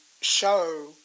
show